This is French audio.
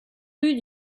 rue